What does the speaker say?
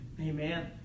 Amen